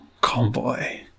convoy